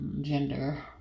gender